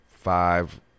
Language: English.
five